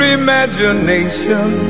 imagination